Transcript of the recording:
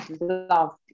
love